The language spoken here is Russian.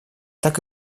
так